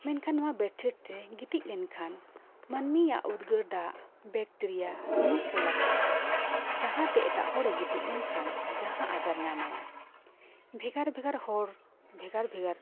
ᱢᱮᱱᱠᱷᱟᱱ ᱱᱚᱣᱟ ᱵᱮᱰᱥᱤᱴ ᱨᱮ ᱜᱤᱛᱤᱡ ᱞᱮᱱᱠᱷᱟᱱ ᱢᱟᱹᱱᱢᱤᱭᱟᱜ ᱩᱫᱽᱜᱟᱹᱨ ᱫᱟᱜ ᱵᱮᱠᱴᱮᱨᱤᱭᱟ ᱥᱩᱱᱩᱢ ᱠᱚ ᱞᱟᱴᱷᱟᱜᱼᱟ ᱡᱟᱦᱟᱸᱛᱮ ᱮᱴᱟᱜ ᱦᱚᱲᱮ ᱜᱤᱛᱤᱡ ᱞᱮᱱᱠᱷᱟᱱ ᱡᱟᱦᱟᱸ ᱟᱡᱟᱨ ᱧᱟᱢᱟᱭᱟ ᱵᱷᱮᱜᱟᱨ ᱵᱷᱮᱜᱟᱨ ᱦᱚᱲ ᱵᱷᱮᱜᱟᱨ ᱵᱷᱮᱜᱟᱨ